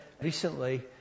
recently